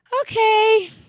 okay